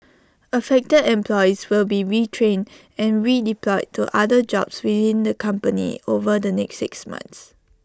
affected employees will be retrained and redeployed to other jobs within the company over the next six months